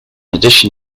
addition